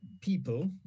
people